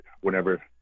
whenever